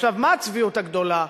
עכשיו, מה הצביעות הגדולה?